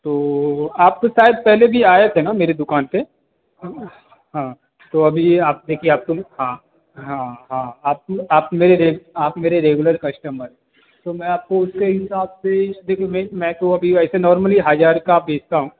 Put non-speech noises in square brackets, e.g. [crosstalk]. तो आप तो शायद पहले भी आए थे ना मेरी दुकान पर [unintelligible] हाँ तो अभी आप देखिए [unintelligible] हाँ हाँ हाँ आप मेरे आप मेरे रेगुलर कस्टमर हैं तो मैं आपको उसके हिसाब से देखिए मैं मैं अभी तो वैसे नॉर्मली हज़ार का बेचता हूँ